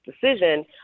decision